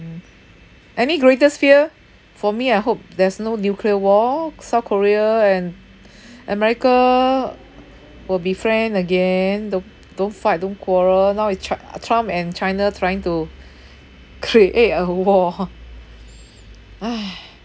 any greatest fear for me I hope there's no nuclear war south korea and america will be friend again do~ don't fight don't quarrel now with tru~ trump and china trying to create a war